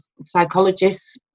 psychologists